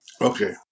okay